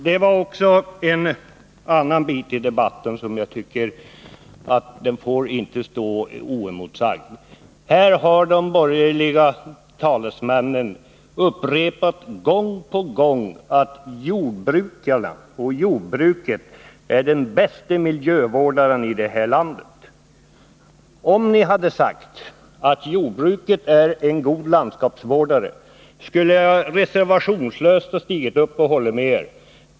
Det var också en annan sak som framfördes i debatten som jag inte tycker bör få stå oemotsagd. De borgerliga talesmännen har här gång på gång upprepat att jordbruket är den bästa miljövårdaren i det här landet. Om ni hade sagt att jordbruket är en god landskapsvårdare, skulle jag reservationslöst ha hållit med er.